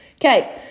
Okay